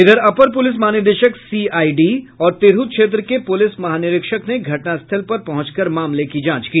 इधर अपर पुलिस महानिदेशक सीआईडी और तिरहुत क्षेत्र के पुलिस महानिरीक्षक ने घटनास्थल पर पहुंच कर मामले की जांच की